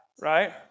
right